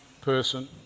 person